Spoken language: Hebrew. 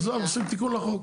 עושים תיקון לחוק.